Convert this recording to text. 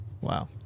Wow